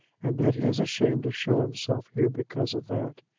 and that he is ashamed to show himself here because of that.